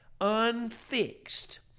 Unfixed